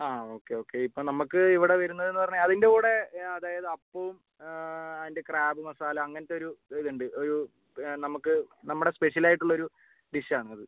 ആ okay okay ഇപ്പം നമുക്ക് ഇവിടെ വരുന്നത് പറഞ്ഞാൽ അതിൻ്റെ കൂടെ അതായത് അപ്പവും അതിൻ്റെ ക്രാബ് മസാല അങ്ങനത്തെ ഒരു ഇത് ഉണ്ട് ഒരു നമുക്ക് നമ്മുടെ സ്പെഷ്യൽ ആയിട്ടുള്ള ഒരു ഡിഷ് ആണ് അത്